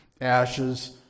ashes